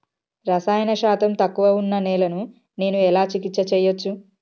రసాయన శాతం తక్కువ ఉన్న నేలను నేను ఎలా చికిత్స చేయచ్చు?